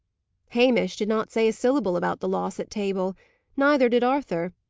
hamish did not say a syllable about the loss at table neither did arthur.